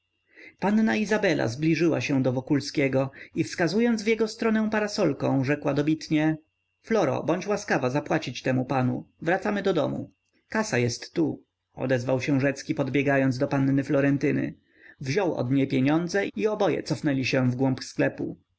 panna izabela zbliżyła się do wokulskiego i wskazując w jego stronę parasolką rzekła dobitnie floro bądź łaskawa zapłacić temu panu wracamy do domu kasa jest tu odezwał się rzecki podbiegając do panny florentyny wziął od niej pieniądze i oboje cofnęli się w głąb sklepu